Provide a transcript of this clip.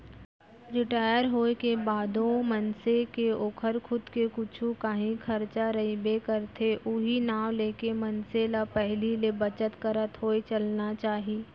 retire होए के बादो मनसे के ओकर खुद के कुछु कांही खरचा रहिबे करथे उहीं नांव लेके मनखे ल पहिली ले बचत करत होय चलना चाही